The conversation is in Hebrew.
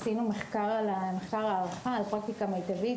עשינו מחקר הערכה על פרקטיקה מיטבית,